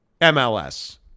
MLS